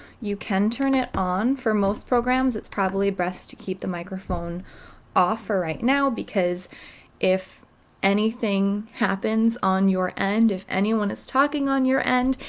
you can turn it on. for most programs it's probably best to keep the microphone off for right now because if anything happens on your end, if anyone is talking on your end,